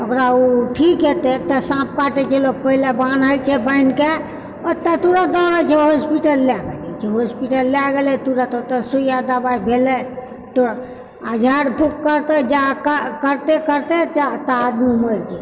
ओकरा ओ ठीक हेतै एक तऽ साँप काटै छै लोक पहिले बान्है छै बान्हिके ओतऽ तुरत दौड़ै छै हॉस्पिटल लए कऽ जाइत छै हॉस्पिटल लए गेलै तुरत ओतऽ सुइया दवाइ भेलै तऽ आ झाड़ फूक करतै जा आ करते करते जा ता आदमी मरि जेतै